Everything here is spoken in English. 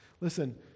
Listen